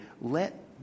let